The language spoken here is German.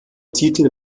titel